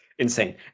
insane